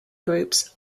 groups